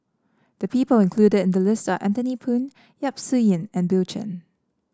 the people included in the list are Anthony Poon Yap Su Yin and Bill Chen